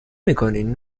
میکنین